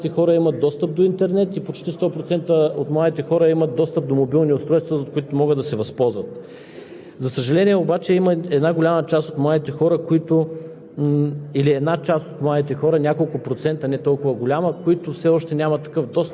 Накрая, за да не прекаляваме с изказването, нещо, което е от изключителна важност във времето, в което живеем. Почти 100% от младите хора имат достъп до интернет и почти 100% от младите хора имат достъп до мобилни устройства, от които могат да се възползват.